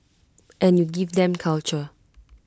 and you give them culture